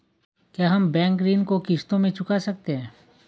क्या हम बैंक ऋण को किश्तों में चुका सकते हैं?